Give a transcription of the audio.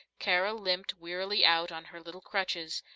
carol limped wearily out on her little crutches,